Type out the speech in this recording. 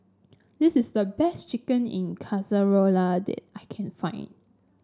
this is the best Chicken in Casserole that I can find